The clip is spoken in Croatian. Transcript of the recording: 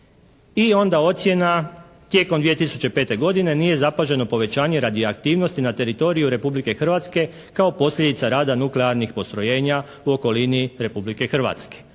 I onda ocjena tijekom 2005. godine nije zapaženo povećanje radi aktivnosti na teritoriju Republike Hrvatske kao posljedica rada nuklearnih postrojenja u okolini Republike Hrvatske.